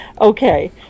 Okay